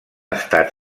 estat